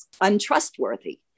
untrustworthy